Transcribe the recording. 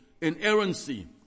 inerrancy